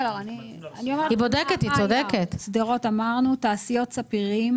לקחת רואה חשבון או עורך דין שלוקח 20%,